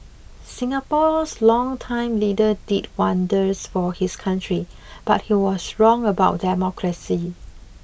Singapore's longtime leader did wonders for his country but he was wrong about democracy